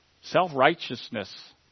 self-righteousness